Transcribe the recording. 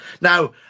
Now